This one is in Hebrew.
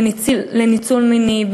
לניצול מיני,